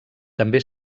també